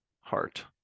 Heart